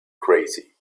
crazy